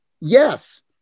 Yes